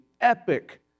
epic